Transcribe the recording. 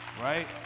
Right